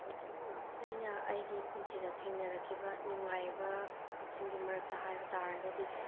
ꯑꯩꯅ ꯑꯩꯒꯤ ꯄꯨꯟꯁꯤꯗ ꯊꯦꯡꯅꯔꯛꯈꯤꯕ ꯅꯨꯡꯉꯥꯏꯕꯁꯤꯡꯒꯤ ꯃꯔꯛꯇ ꯍꯥꯏꯕ ꯇꯥꯔꯒꯗꯤ